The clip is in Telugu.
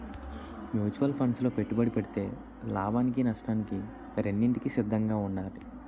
మ్యూచువల్ ఫండ్సు లో పెట్టుబడి పెడితే లాభానికి నష్టానికి రెండింటికి సిద్ధంగా ఉండాలి